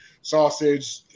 sausage